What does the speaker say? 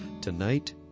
Tonight